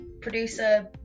producer